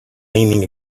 leaning